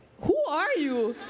who are you?